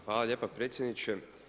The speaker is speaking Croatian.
Hvala lijepa predsjedniče.